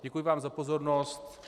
Děkuji vám za pozornost.